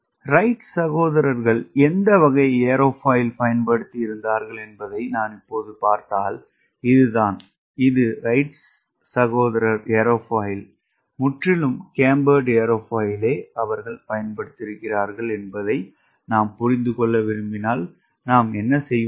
right சகோதரர்கள் எந்த வகை ஏரோஃபாயில் பயன்படுத்தி இருந்தார்கள் என்பதை நான் இப்போது பார்த்தால் இதுதான் இது ரைட் சகோதரர் ஏர்ஃபாயில் முற்றிலும் கேம்பர்டு ஏரோஃபாயில் இதை நான் புரிந்து கொள்ள விரும்பினால் நான் என்ன செய்வது